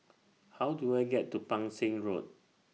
How Do I get to Pang Seng Road